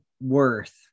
worth